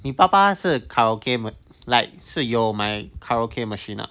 你爸爸是 karaoke meh like 是有买 karaoke machine ah